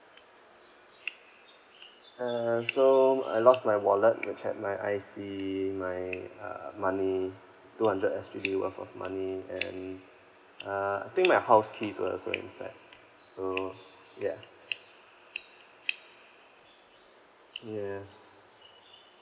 uh so I lost my wallet that had my I_C my uh money two hundred S_G_D worth of money and uh I think my house keys were also inside so ya ya